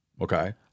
Okay